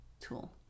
tool